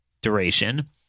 duration